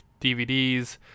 DVDs